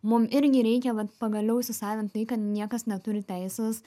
mum irgi reikia vat pagaliau įsisavint tai kad niekas neturi teisės